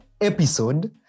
episode